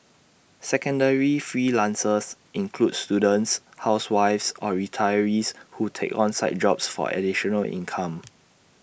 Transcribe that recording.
secondary freelancers include students housewives or retirees who take on side jobs for additional income